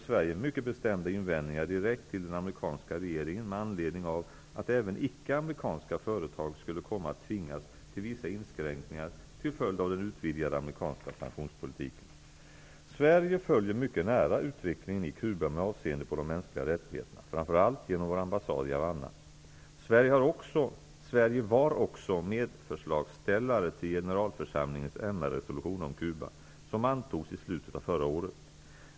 Sverige mycket bestämda invändningar direkt till den amerikanska regeringen med anledning av att även icke-amerikanska företag skulle komma att tvingas till vissa inskränkningar till följd av den utvidgade amerikanska sanktionspolitiken. Sverige följer mycket nära utvecklingen i Cuba med avseende på de mänskliga rättigheterna, framför allt genom vår ambassad i Havanna. Sverige var också medförslagsställare till generalförsamlingens MR-resolution om Cuba, som antogs i slutet av förra året.